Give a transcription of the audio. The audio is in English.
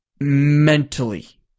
mentally